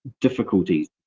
difficulties